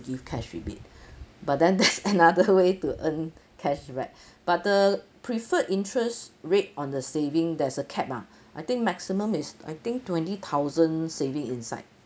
give cash rebate but then there's another way to earn cashback but the preferred interest rate on the saving there's a cap ah I think maximum is I think twenty thousand saving inside